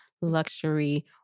luxury